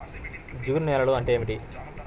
జిగురు నేలలు అంటే ఏమిటీ?